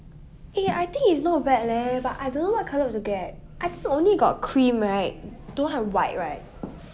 eh I think is not bad leh but I don't know what colour to get I think only got cream right don't have white right